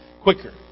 quicker